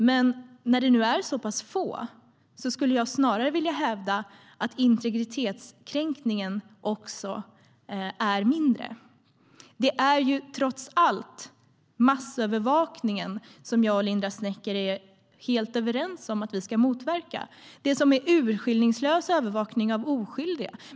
Men när det nu är så pass få skulle jag snarare vilja hävda att också integritetskränkningen är mindre. Det är trots allt massövervakningen som jag och Linda Snecker är helt överens om att vi ska motverka - det som är urskillningslös övervakning av oskyldiga.